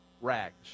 rags